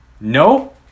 no